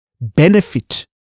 benefit